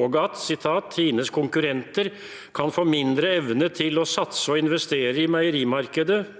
og at «Tines konkurrenter kan få mindre evne til å satse og investere i meierimarkedet»,